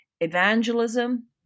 evangelism